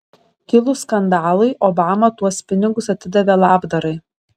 kilus skandalui obama tuos pinigus atidavė labdarai